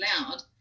loud